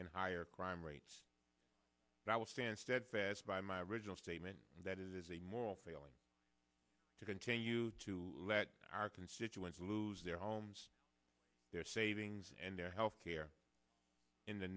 and higher crime rates that will stand steadfast by my original statement that is a moral failing to continue to let our constituents lose their homes their savings and their health care in the